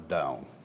down